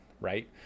right